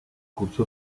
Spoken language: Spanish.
cursó